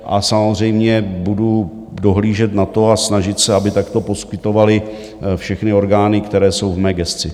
A samozřejmě budu dohlížet na to a snažit se, aby takto postupovaly všechny orgány, které jsou v mé gesci.